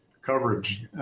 coverage